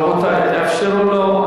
רבותי, תאפשר לו.